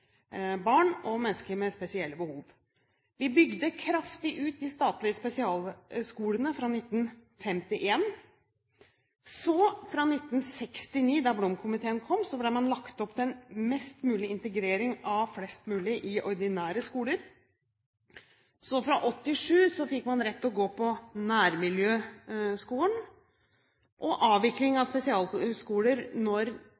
barn og mennesker med spesielle behov. Vi bygde kraftig ut de statlige spesialskolene fra 1951. Så, fra 1969, da Blom-komiteen kom, ble det lagt opp til en størst mulig integrering av flest mulig i ordinære skoler. Fra 1987 fikk man rett til å gå på nærmiljøskolen, og